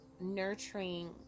nurturing